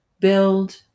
build